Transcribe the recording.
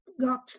got